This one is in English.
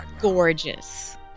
gorgeous